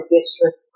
district